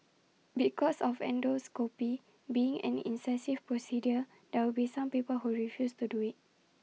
because of endoscopy being an invasive procedure there will be some people who refuse to do IT